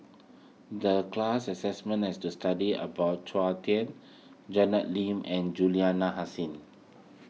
the class assessment is to study about Chua Thian Janet Lim and Juliana Hasin